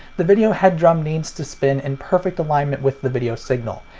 the video head drum needs to spin in perfect alignment with the video signal,